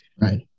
Right